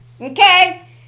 okay